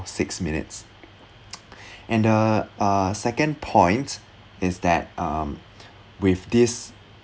six minutes and uh uh second point is that um with this